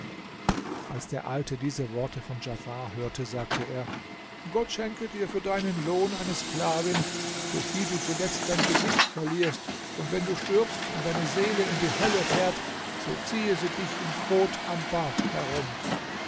als der alte diese worte von djafar hörte sagte er gott schenke dir für deinen lohn eine sklavin durch die du zuletzt dein gesicht verlierst und wenn du stirbst und deine seele in die hölle fährt so ziehe sie dich im kot am bart herum